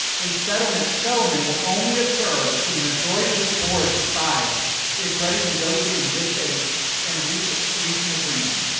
a settlement settlement will only occur when the majority of this board decides it's ready to negotiate in good faith and reach reach an agreement.